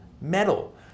metal